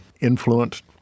influenced